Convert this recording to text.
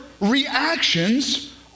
reactions